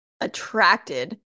attracted